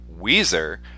Weezer